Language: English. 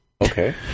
Okay